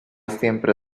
siempre